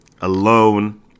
alone